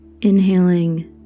inhaling